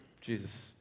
Jesus